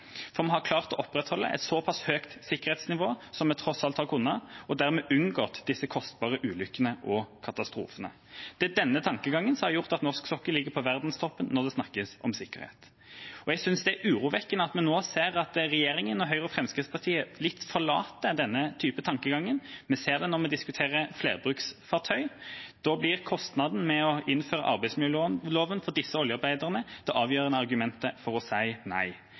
vi har klart å opprettholde et såpass høyt sikkerhetsnivå som vi tross alt har kunnet, og dermed unngått disse kostbare ulykkene og katastrofene? Det er denne tankegangen som har gjort at norsk sokkel ligger på verdenstoppen når det snakkes om sikkerhet. Jeg synes det er urovekkende at vi nå ser at regjeringa, Høyre og Fremskrittspartiet, litt forlater denne typen tankegang. Vi ser det når vi diskuterer flerbruksfartøy. Da blir kostnaden med å innføre arbeidsmiljølova for disse oljearbeiderne det avgjørende argumentet for å si nei.